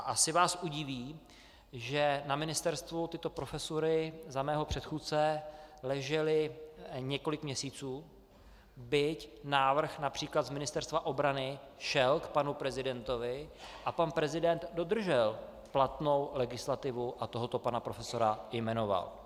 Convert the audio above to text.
Asi vás udiví, že na ministerstvu tyto profesury za mého předchůdce ležely několik měsíců, byť návrh například z Ministerstva obrany šel k panu prezidentovi, pan prezident dodržel platnou legislativu a tohoto pana profesora jmenoval.